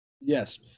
Yes